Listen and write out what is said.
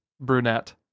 Brunette